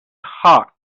hearts